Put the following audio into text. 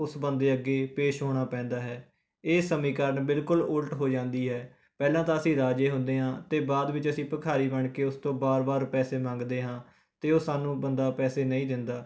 ਉਸ ਬੰਦੇ ਅੱਗੇ ਪੇਸ਼ ਹੋਣਾ ਪੈਂਦਾ ਹੈ ਇਹ ਸਮੀਕਰਨ ਬਿਲਕੁਲ ਉਲਟ ਹੋ ਜਾਂਦੀ ਹੈ ਪਹਿਲਾਂ ਤਾਂ ਅਸੀਂ ਰਾਜੇ ਹੁੰਦੇ ਹਾਂ ਅਤੇ ਬਾਅਦ ਵਿੱਚ ਅਸੀਂ ਭਿਖਾਰੀ ਬਣ ਕੇ ਉਸ ਤੋਂ ਵਾਰ ਵਾਰ ਪੈਸੇ ਮੰਗਦੇ ਹਾਂ ਅਤੇ ਉਹ ਸਾਨੂੰ ਬੰਦਾ ਪੈਸੇ ਨਹੀਂ ਦਿੰਦਾ